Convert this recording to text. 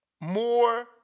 more